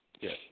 Yes